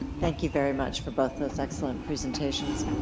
thank you very much for both those excellent presentations.